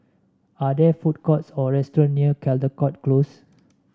are there food courts or restaurant near Caldecott Close